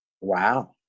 Wow